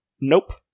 Nope